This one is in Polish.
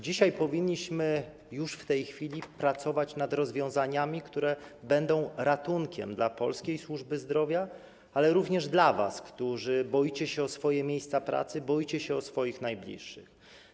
Dzisiaj powinniśmy już w tej chwili pracować nad rozwiązaniami, które będą ratunkiem dla polskiej służby zdrowia, ale również dla was, którzy boicie się o swoje miejsca pracy, boicie się o swoich najbliższych.